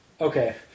okay